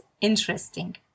interesting